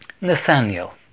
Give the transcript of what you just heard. Nathaniel